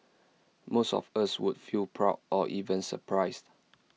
most of us would feel proud or even surprised